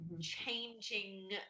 changing